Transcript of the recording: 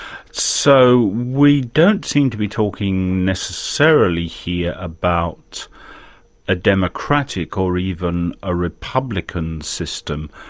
so, we don't seem to be talking necessarily here about a democratic or even a republican system.